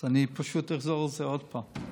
אז אני פשוט אחזור על זה עוד פעם.